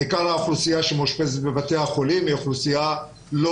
עיקר האוכלוסייה שמאושפזת בבתי החולים היא אוכלוסייה לא